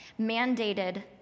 mandated